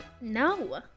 no